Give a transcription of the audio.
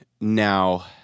now